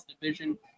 division